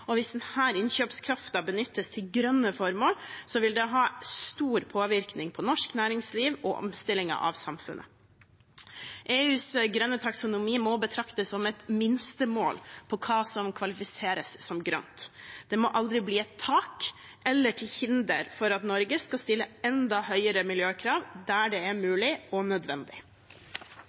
og hvis denne innkjøpskraften benyttes til grønne formål, vil det ha stor påvirkning på norsk næringsliv og omstillingen av samfunnet. EUs grønne taksonomi må betraktes som et minstemål på hva som kvalifiseres som grønt. Det må aldri bli et tak eller til hinder for at Norge skal stille enda høyere miljøkrav der det er mulig og nødvendig.